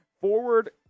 Forward